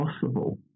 possible